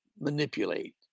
manipulate